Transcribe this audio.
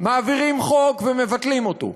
מעבירים חוק ומבטלים אותו,